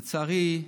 לצערי,